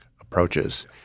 approaches